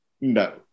no